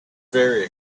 very